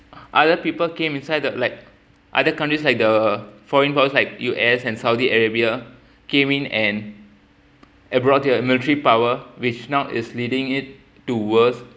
other people came inside the like other countries like the foreign powers like U_S and saudi arabia came in and brought the military power which now is leading it to worse